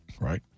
Right